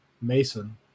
Mason